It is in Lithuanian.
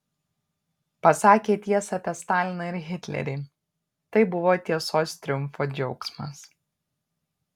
pasakė tiesą apie staliną ir hitlerį tai buvo tiesos triumfo džiaugsmas